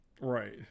right